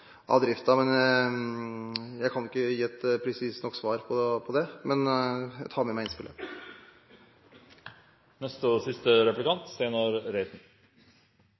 av driften. Jeg kan ikke gi et presist svar på det, men jeg tar med meg